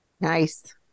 Nice